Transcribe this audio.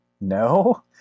no